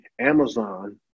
Amazon